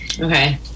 Okay